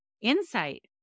insight